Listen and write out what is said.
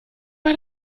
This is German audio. bei